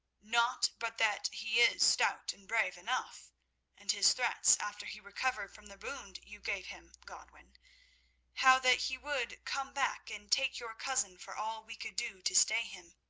not but that he is stout and brave enough and his threats after he recovered from the wound you gave him, godwin how that he would come back and take your cousin for all we could do to stay him.